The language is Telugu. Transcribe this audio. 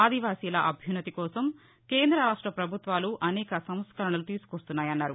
ఆదివాసీల అభ్యున్నతి కోసం కేంద్ర రాష్ట ప్రభుత్వాలు అనేక సంస్కరణలు తీసుకొస్తున్నాయన్నారు